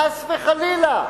חס וחלילה,